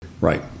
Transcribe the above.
Right